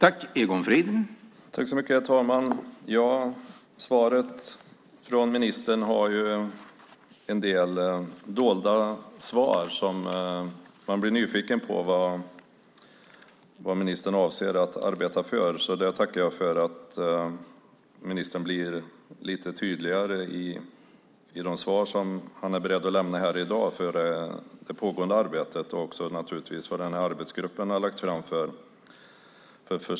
Herr talman! Svaret från ministern har så att säga en del dolda svar, så jag blir nyfiken på vad ministern avser att arbeta för. Jag tackar därför för att ministern blir lite tydligare i de svar som han är beredd att lämna här i dag när det gäller det pågående arbetet och, naturligtvis, de förslag som arbetsgruppen lagt fram.